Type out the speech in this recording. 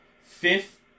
fifth